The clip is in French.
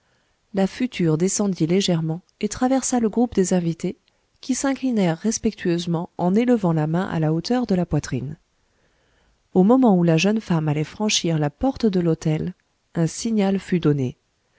la future descendit légèrement et traversa le groupe des invités qui s'inclinèrent respectueusement en élevant la main à la hauteur de la poitrine au moment où la jeune femme allait franchir la porte de l'hôtel un signal fut donné